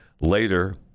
later